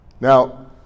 Now